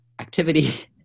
activity